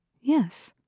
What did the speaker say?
Yes